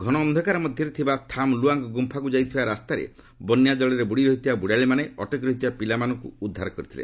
ଘନ ଅନ୍ଧକାର ମଧ୍ୟରେ ଥିବା 'ଥାମ୍ ଲୁଆଙ୍ଗ'ଗୁମ୍ଫାକୁ ଯାଇଥିବା ରାସ୍ତାରେ ବନ୍ୟା କଳରେ ବୁଡି ରହିଥିବାରୁ ବୁଡାଳିମାନେ ଅଟକିରହିଥିବା ପିଲାମାନଙ୍କୁ ଉଦ୍ଧାର କରିଥିଲେ